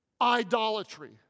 idolatry